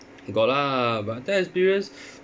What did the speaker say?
got lah but that experience